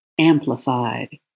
amplified